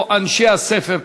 או אנשי הספר,